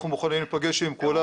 אנחנו מוכנים להיפגש עם כולם,